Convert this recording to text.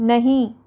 नहीं